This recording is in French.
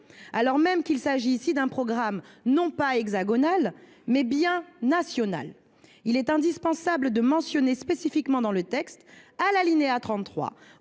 Alors même qu’il s’agit ici d’un programme non pas hexagonal, mais bien national, il est indispensable de mentionner spécifiquement dans le texte, à l’alinéa 33,